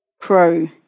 Pro